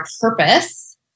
purpose